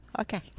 Okay